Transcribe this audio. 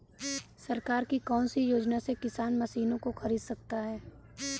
सरकार की कौन सी योजना से किसान मशीनों को खरीद सकता है?